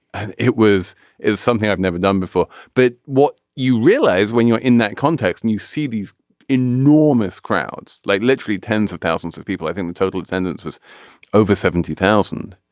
and it was is something i've never done before but what you realize when you're in that context and you see these enormous crowds like literally tens of thousands of people i think the total attendance was over seventy thousand.